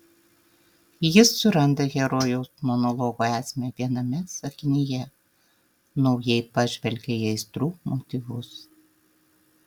jis suranda herojaus monologo esmę viename sakinyje naujai pažvelgia į aistrų motyvus